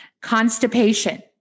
constipation